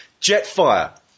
Jetfire